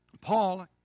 Paul